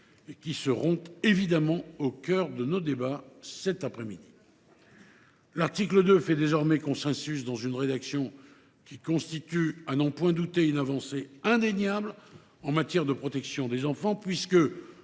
et qui seront évidemment au cœur de nos débats cet après midi. L’article 2 fait désormais consensus, dans une rédaction qui constitue, à n’en pas douter, une avancée indéniable en matière de protection des enfants, puisque